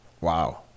Wow